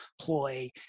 ploy